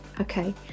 Okay